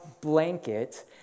blanket